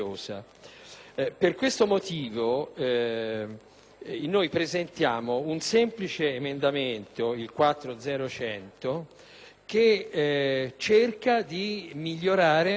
motivo presentiamo un semplice emendamento, il 4.0.100, che cerca di migliorare la situazione proprio dal punto di vista della dispendiosità.